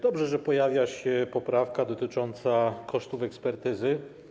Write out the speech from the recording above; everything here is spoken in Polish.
Dobrze, że pojawia się poprawka dotycząca kosztów ekspertyzy.